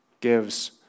gives